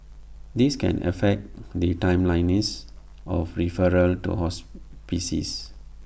this can affect the timeliness of referrals to hospices